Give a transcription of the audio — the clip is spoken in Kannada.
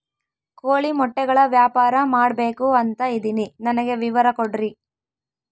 ಕೋಳಿ ಮೊಟ್ಟೆಗಳ ವ್ಯಾಪಾರ ಮಾಡ್ಬೇಕು ಅಂತ ಇದಿನಿ ನನಗೆ ವಿವರ ಕೊಡ್ರಿ?